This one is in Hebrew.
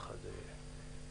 אוקיי?